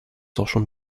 social